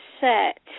set